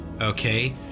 okay